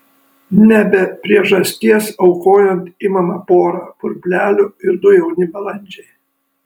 ne be priežasties aukojant imama pora purplelių ir du jauni balandžiai